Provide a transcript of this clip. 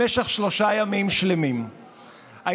במשך שלושה ימים שלמים הייתי